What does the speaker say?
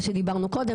מה שדיברנו קודם,